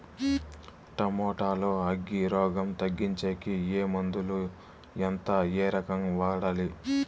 Tomato లో అగ్గి రోగం తగ్గించేకి ఏ మందులు? ఎంత? ఏ రకంగా వాడాలి?